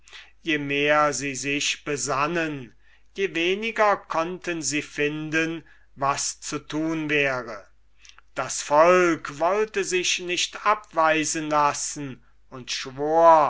je mehr sie sich besannen je weniger konnten sie finden was zu tun wäre das volk wollte sich nicht abweisen lassen und schwur